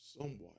somewhat